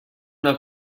una